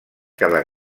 cada